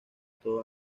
todo